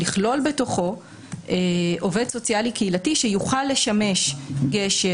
לכלול בתוכו עובד סוציאלי קהילתי שיוכל לשמש קשר,